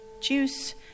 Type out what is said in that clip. juice